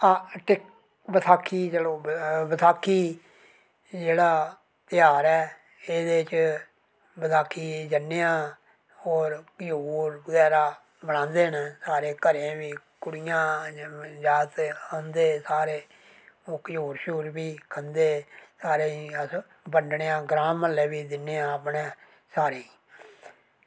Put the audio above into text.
बसाखी चलो बसाखी जेह्ड़ा तेहार ऐ एह्दे च बसाखी जन्ने आं होर घ्यूर बगैरा बनांदे न सारे घरें बी कुड़ियां जागत औंदे सारे ओह् घ्यूर बी खंदे सारें गी अस बंडने आं ग्रांऽ म्ह्ल्ले बी दिन्ने आं सारे ई